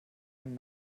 einen